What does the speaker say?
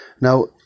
Now